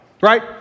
right